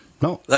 No